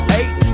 eight